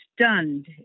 stunned